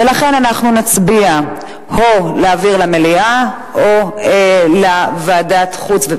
ולכן אנחנו נצביע אם להעביר למליאה או לוועדת חוץ וביטחון.